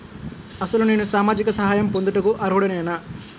అసలు నేను సామాజిక సహాయం పొందుటకు అర్హుడనేన?